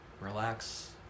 relax